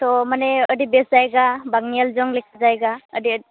ᱛᱚ ᱢᱟᱱᱮ ᱟᱹᱰᱤ ᱵᱮᱥ ᱡᱟᱭᱜᱟ ᱵᱟᱝ ᱧᱮᱞᱡᱚᱜᱝ ᱞᱮᱠᱟᱱ ᱡᱟᱭᱜᱟ ᱟᱹᱰᱤ ᱟᱹᱰᱤ